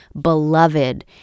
beloved